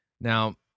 Now